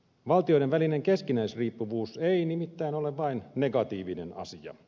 valtioiden välinen keskinäisriippuvuus ei nimittäin ole vain negatiivinen asia